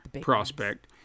prospect